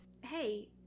hey